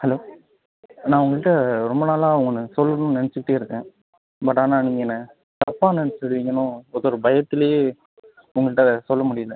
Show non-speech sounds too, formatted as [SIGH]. hello நான் உங்கள்ட்ட ரொம்ப நாளாக ஒன்று சொல்லணும்னு நெனைச்சிட்டே இருக்கேன் பட் ஆனால் நீங்கள் என்ன தப்பாக நெனைச்சிடுவீங்கன்னு [UNINTELLIGIBLE] பயத்துலேயே உங்கள்ட்ட சொல்ல முடியலை